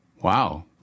Wow